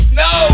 no